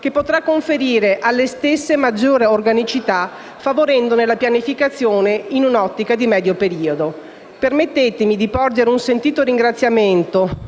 che potrà conferire alle stesse maggiore organicità, favorendone la pianificazione in un'ottica di medio periodo. Permettetemi di porgere un sentito ringraziamento,